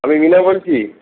আমি নিলয় বলছি